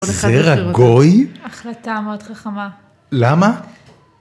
זרע גוי? החלטה מאוד חכמה. למה?